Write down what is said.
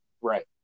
Right